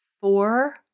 four